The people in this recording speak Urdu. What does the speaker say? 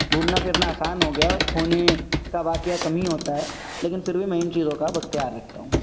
گھومنا پھرنا آسان ہو گیا ہے اور کھونے کا واقعہ کم ہی ہوتا ہے لیکن پھر بھی میں ان چیزوں کا اب اختیار رکھتا ہوں